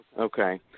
okay